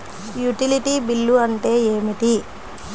Utility bill అంటే ఏమిటి?